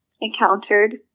encountered